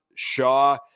Shaw